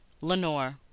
lenore